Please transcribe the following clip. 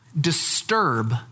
disturb